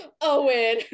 Owen